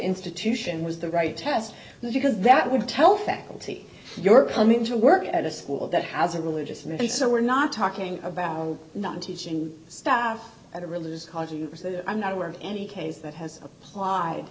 institution was the right test because that would tell faculty your come into work at a school that has a religious minister we're not talking about not teaching staff at a religious controversy i'm not aware of any case that has applied